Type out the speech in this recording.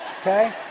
okay